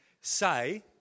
say